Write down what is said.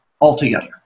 altogether